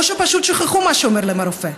או פשוט שכחו מה אמר להם הרופא,